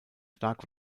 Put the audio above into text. stark